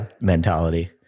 mentality